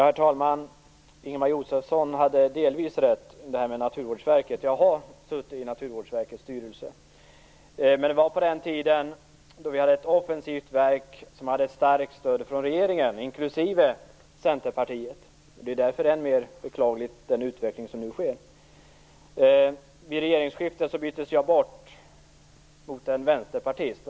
Herr talman! Ingemar Josefsson hade delvis rätt när det gäller Naturvårdsverket. Jag har suttit i Naturvårdsverkets styrelse, men det var på den tid när vi hade ett offensivt verk, som hade starkt stöd från regeringen, inklusive Centerpartiet. Mot den bakgrunden är den utveckling som nu äger rum än mer beklaglig. Vid regeringsskiftet byttes jag ut mot en vänsterpartist.